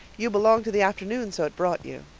you belong to the afternoon so it brought you.